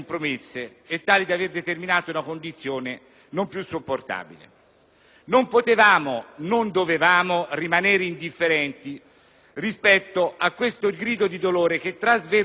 Non potevamo, non dovevamo, rimanere indifferenti rispetto a questo grido di dolore che trasversalmente proveniva da tutte le componenti della società civile;